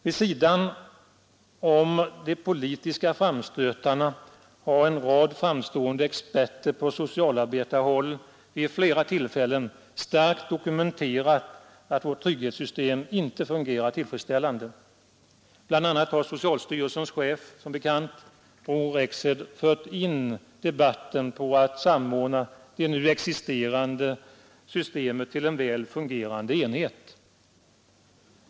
Vid sidan av de politiska framstötarna har en rad framstående experter på socialarbetarhåll vid flera tillfällen starkt dokumenterat att vårt trygghetssystem inte fungerar tillfredsställande. Bl. a. har socialstyrelsens chef Bror Rexed fört in debatten på tanken att samordna de nu existerande systemen till en väl fungerande enhet.